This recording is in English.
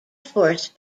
force